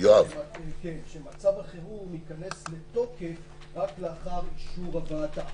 זה שמצב החירום ייכנס לתוקף רק לאחר אישור הוועדה.